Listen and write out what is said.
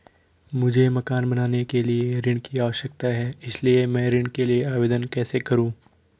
मुझे मकान बनाने के लिए ऋण की आवश्यकता है इसलिए मैं ऋण के लिए आवेदन कैसे करूं?